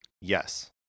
yes